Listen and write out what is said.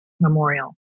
Memorial